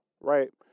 right